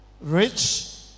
rich